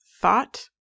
thought